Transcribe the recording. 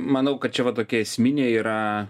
manau kad čia va tokia esminė yra